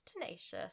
Tenacious